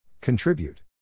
Contribute